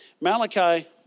Malachi